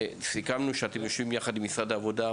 סיכמנו שאתם יושבים ביחד עם משרד העבודה,